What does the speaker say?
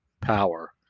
power